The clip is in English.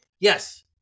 Yes